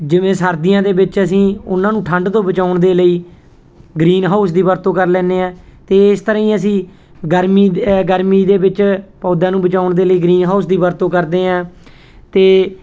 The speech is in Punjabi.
ਜਿਵੇਂ ਸਰਦੀਆਂ ਦੇ ਵਿੱਚ ਅਸੀਂ ਉਹਨਾਂ ਨੂੰ ਠੰਡ ਤੋਂ ਬਚਾਉਣ ਦੇ ਲਈ ਗਰੀਨ ਹਾਊਸ ਦੀ ਵਰਤੋਂ ਕਰ ਲੈਂਦੇ ਹਾਂ ਅਤੇ ਇਸ ਤਰ੍ਹਾਂ ਹੀ ਅਸੀਂ ਗਰਮੀ ਗਰਮੀ ਦੇ ਵਿੱਚ ਪੌਦਿਆਂ ਨੂੰ ਬਚਾਉਣ ਦੇ ਲਈ ਗ੍ਰੀਨ ਹਾਊਸ ਦੀ ਵਰਤੋਂ ਕਰਦੇ ਹਾਂ ਅਤੇ